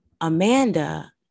Amanda